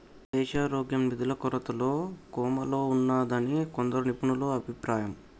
దేశారోగ్యం నిధుల కొరతతో కోమాలో ఉన్నాదని కొందరు నిపుణుల అభిప్రాయం